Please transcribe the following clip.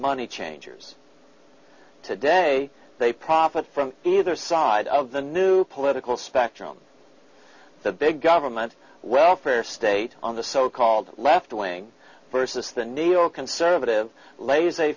money changers today they profit from either side of the new political spectrum the big government welfare state on the so called left wing versus the neo conservative laissez